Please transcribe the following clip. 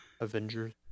Avengers